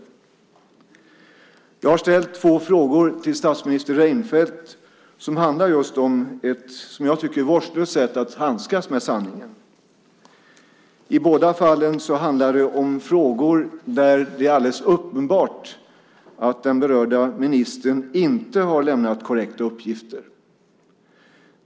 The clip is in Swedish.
Jag har ställt två frågor till statsminister Reinfeldt som handlar just om ett som jag tycker vårdslöst sätt att handskas med sanningen. I båda fallen handlar det om frågor där det är alldeles uppenbart att den berörda ministern inte har lämnat korrekta uppgifter.